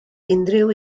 unrhyw